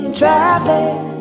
traveling